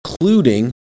including